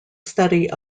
study